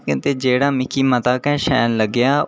ते जेह्ड़ा मिकी मता गै शैल लग्गेआ